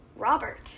Robert